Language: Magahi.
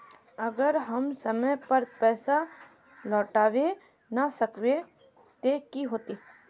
अगर हम समय पर पैसा लौटावे ना सकबे ते की होते?